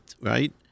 right